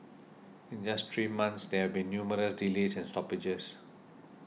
in just three months there have been numerous delays and stoppages